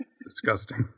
Disgusting